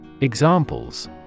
Examples